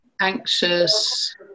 anxious